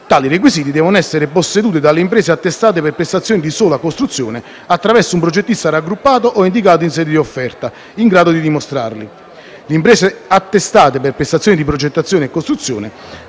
Tali requisiti devono essere posseduti dalle imprese attestate per prestazioni di sola costruzione attraverso un progettista raggruppato o indicato in sede di offerta, in grado di dimostrarli. Le imprese attestate per prestazioni di progettazione e costruzione